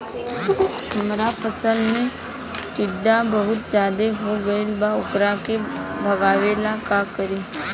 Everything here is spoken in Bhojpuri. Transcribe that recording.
हमरा फसल में टिड्डा बहुत ज्यादा हो गइल बा वोकरा के भागावेला का करी?